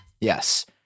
Yes